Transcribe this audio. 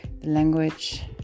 language